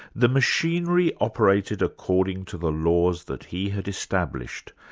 the machinery operated according to the laws that he had established,